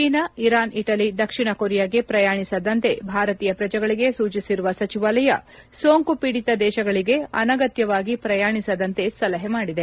China Iran Italy ದಕ್ಷಿಣ ಕೊರಿಯಾಗೆ ಪ್ರಯಾಣಿಸದಂತೆ ಭಾರತೀಯ ಪ್ರಜೆಗಳಿಗೆ ಸೂಚಿಸಿರುವ ಸಚಿವಾಲಯ ಸೋಂಕು ಪೀಡಿತ ದೇಶಗಳಗೆ ಅನಗತ್ವವಾಗಿ ಪ್ರಯಾಣಿಸದಂತೆ ಸಲಹೆ ಮಾಡಿದೆ